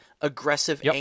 aggressive